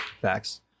Facts